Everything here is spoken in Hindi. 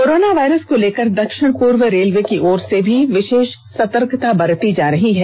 कोरोना वायरस को लेकर दक्षिण पूर्व रेलवे की ओर से भी विषेष सतर्कता बरती जा रही है